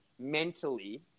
mentally